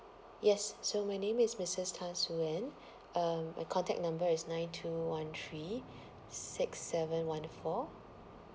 yes so my name is missus tan soo ann um my contact number is nine two one three six seven one four